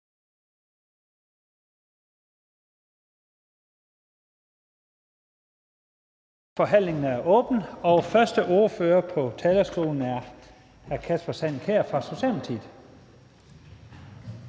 Forhandlingen er åbnet. Første ordfører på talerstolen er hr. Kasper Sand Kjær fra Socialdemokratiet.